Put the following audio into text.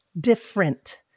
different